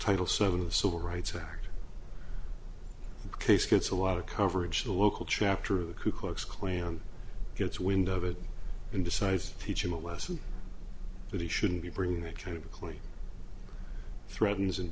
title seven of the civil rights act case gets a lot of coverage the local chapter of the ku klux klan gets wind of it and decides teach him a lesson that he shouldn't be bringing that kind of a plea threatens and